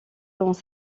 dans